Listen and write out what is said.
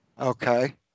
Okay